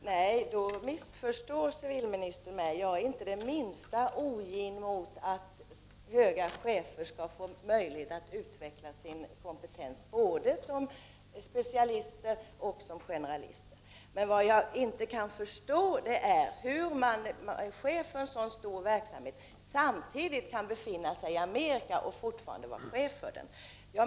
Herr talman! Civilministern missförstår mig. Jag är inte det minsta ogin mot höga chefer och deras möjligheter att utveckla sin kompetens både som specialister och som generalister. Vad jag däremot inte kan förstå är hur en chef för en så stor verksamhet kan befinna sig i Amerika och samtidigt vara chef.